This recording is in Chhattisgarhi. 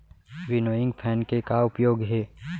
विनोइंग फैन के का उपयोग हे?